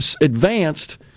advanced